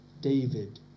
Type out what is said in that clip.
David